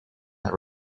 that